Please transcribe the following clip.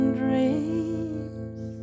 dreams